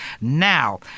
Now